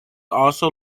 also